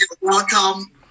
welcome